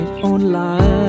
online